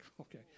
okay